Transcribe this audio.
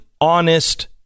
honest